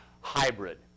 hybrid